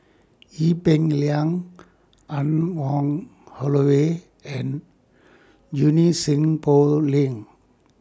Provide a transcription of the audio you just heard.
Ee Peng Liang Anne Wong Holloway and Junie Sng Poh Leng